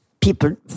people